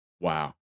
Wow